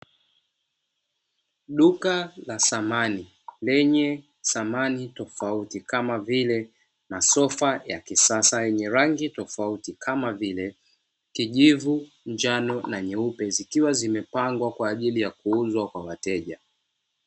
Duka la samani lenye samani tofauti kama vile masofa ya kisasa yenye rangi tofauti kama vile kijivu, njano na nyeupe zikiwa zimepangwa kwa ajili ya kuuzwa kwa wateja.